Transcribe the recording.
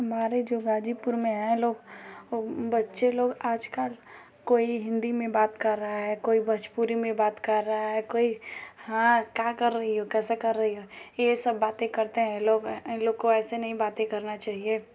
हमारे जो गाज़ीपुर में हैं लोग वह बच्चे लोग आजकल कोई हिन्दी में बात कर रहा है कोई भोजपुरी में बात कर रहा है कोई हाँ का कर रही हो कैसे कर रही हो यह सब बातें करते हैं लोग ऐसे लोग को ऐसे नहीं बातें करनी चाहिए